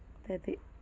అది